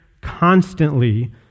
constantly